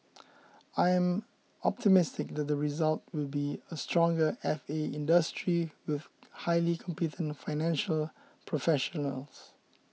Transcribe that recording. I am optimistic that the result will be a stronger F A industry with highly competent financial professionals